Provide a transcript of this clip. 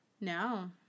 No